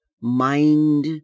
mind